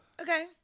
Okay